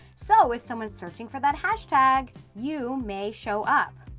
so if someone's searching for that hashtag, you may show up.